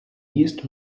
east